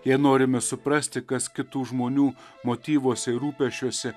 jei norime suprasti kas kitų žmonių motyvuose ir rūpesčiuose